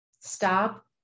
Stop